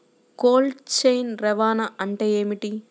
Cold chain రవాణా అంటే ఏమిటీ?